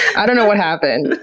i don't know what happened.